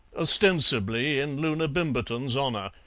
ostensibly in loona bimberton's honour,